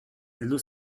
heldu